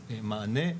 מענה,